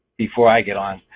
before i get on.